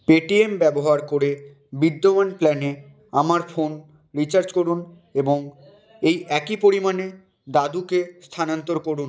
Paytm ব্যবহার করে বিদ্যমান প্ল্যানে আমার ফোন রিচার্জ করুন এবং এই একই পরিমাণে দাদুকে স্থানান্তর করুন